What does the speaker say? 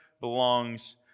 belongs